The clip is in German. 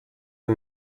ein